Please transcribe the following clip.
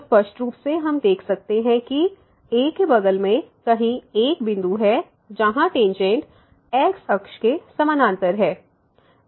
तो स्पष्ट रूप से हम यह देख सकते हैं कि a के बगल में कहीं एक बिंदु है जहां टेंजेंट x अक्ष के समानांतर है